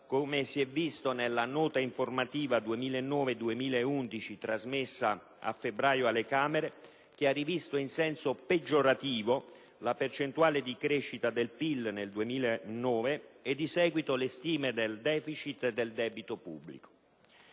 come si è visto nella Nota informativa 2009-2011 trasmessa a febbraio alle Camere, che ha rivisto in senso peggiorativo la percentuale di crescita del PIL nel 2009 e di seguito le stime del deficit e del debito pubblico.